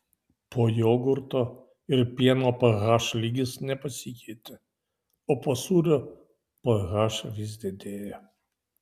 po jogurto ir pieno ph lygis nepasikeitė o po sūrio ph vis didėjo